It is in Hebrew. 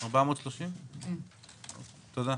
תודה.